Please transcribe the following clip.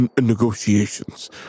negotiations